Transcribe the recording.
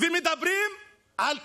ומדברים על טרור,